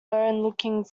looking